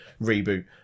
reboot